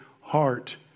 heart